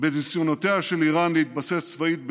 בניסיונותיה של איראן להתבסס צבאית בסוריה,